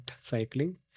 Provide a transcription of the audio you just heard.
cycling